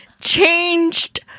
Changed